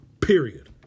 Period